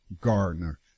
Gardner